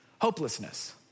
hopelessness